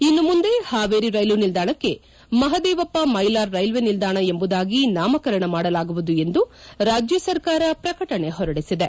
ಇನ್ನು ಮುಂದೆ ಹಾವೇರಿ ರೈಲು ನಿಲ್ದಾಣಕ್ಕೆ ಮಹದೇವಪ್ಪ ಮೈಲಾರ್ ರೈಲ್ವೆ ನಿಲ್ದಾಣ ಎಂಬುದಾಗಿ ನಾಮಕರಣ ಮಾಡಲಾಗುವುದು ಎಂದು ರಾಜ್ಯ ಸರ್ಕಾರ ಪ್ರಕಟಣೆ ಹೊರಡಿಸಿದೆ